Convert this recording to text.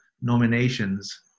nominations